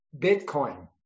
Bitcoin